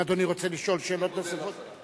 אם אדוני רוצה לשאול שאלות נוספות.